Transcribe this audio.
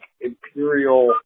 imperial